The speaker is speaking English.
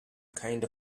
kind